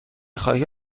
خواهی